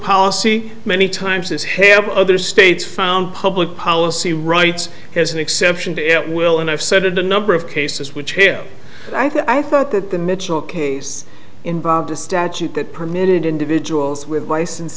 policy many times as have other states found public policy rights has an exception to it will and i've said in a number of cases which here i thought that the mitchell case involved a statute that permitted individuals with license